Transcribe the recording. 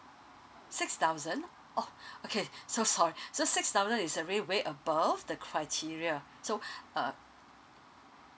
six thousand oh okay so sorry so six thousand is already way above the criteria so uh